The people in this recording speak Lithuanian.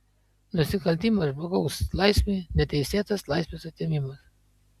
nusikaltimas žmogaus laisvei neteisėtas laisvės atėmimas